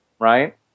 Right